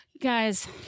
guys